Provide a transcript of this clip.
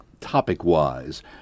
topic-wise